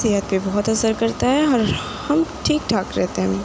صحت پہ بہت اثر کرتا ہے اور ہم ٹھیک ٹھاک رہتے ہیں